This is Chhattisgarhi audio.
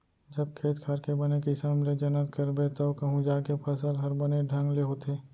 जब खेत खार के बने किसम ले जनत करबे तव कहूं जाके फसल हर बने ढंग ले होथे